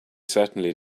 certainly